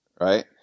right